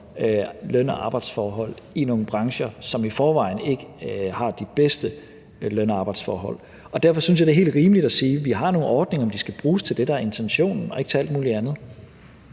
løn- og arbejdsforhold i nogle brancher, som i forvejen ikke har de bedste løn- og arbejdsforhold. Derfor synes jeg, det er helt rimeligt at sige, at vi har nogle ordninger, men at de skal bruges til det, der er intentionen, og ikke til alt muligt andet.